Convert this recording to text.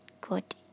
good